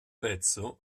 pezzo